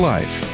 Life